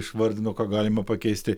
išvardino ką galima pakeisti